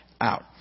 out